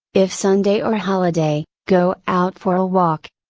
if sunday or holiday, go out for a walk.